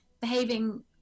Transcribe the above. behaving